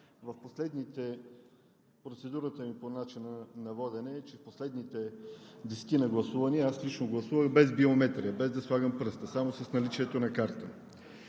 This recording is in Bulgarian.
колеги, процедурата ми по начина на водене е, че в последните десетина гласувания аз лично гласувах без биометрия, без да слагам пръста – само с наличието на карта.